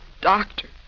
Doctor